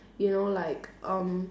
you know like um